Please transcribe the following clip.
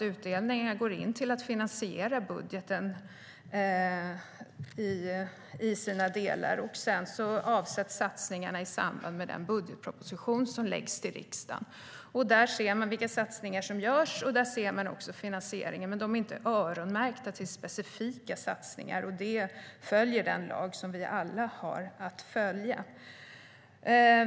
Utdelningen används för att finansiera budgeten, och sedan avsätts satsningarna i samband med den budgetproposition som läggs fram för riksdagen. Där framgår vilka satsningar som görs och finansieringen av dem, men pengarna är inte öronmärkta till specifika satsningar. Det följer av den lag som vi alla har att följa.